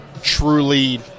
truly